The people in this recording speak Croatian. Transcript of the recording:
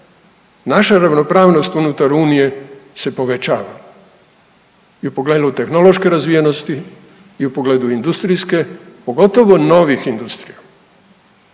naša ravnopravnost unutar unije se povećava i u pogledu tehnološke razvijenosti i u pogledu industrijske, pogotovo novih industrija.